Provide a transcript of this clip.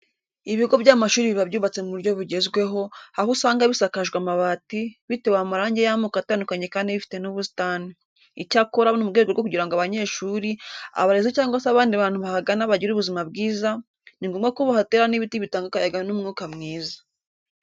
Ibigo by'amashuri biba byubatse mu buryo bugezweho, aho usanga bisakajwe amabati, bitewe amarange y'amoko atandukanye kandi bifite n'ubusitani. Icyakora mu rwego rwo kugira ngo abanyeshuri, abarezi cyangwa se abandi bantu bahagana bagire ubuzima bwiza, ni ngombwa ko bahatera n'ibiti bitanga akayaga n'umwuka mwiza.